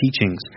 teachings